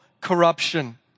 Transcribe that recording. corruption